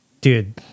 dude